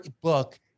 book